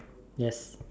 yes